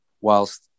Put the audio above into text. whilst